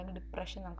depression